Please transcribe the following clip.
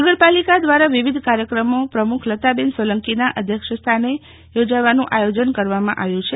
નગરપાલિકા દ્વારા વિવિધ કાર્યક્રમો પ્રમુખ લતાબેન સોલંકી ના અધ્યક્ષ સ્થાને યોજવાનું આયોજન કરાયું છે